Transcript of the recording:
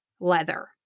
leather